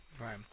Right